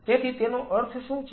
તેથી તેનો અર્થ શું છે